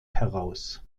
heraus